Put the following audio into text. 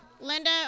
Linda